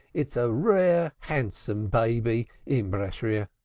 it's a rare handsome baby, imbeshreer.